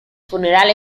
funeral